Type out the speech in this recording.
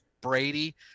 Brady